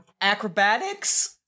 Acrobatics